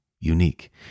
unique